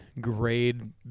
grade